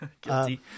Guilty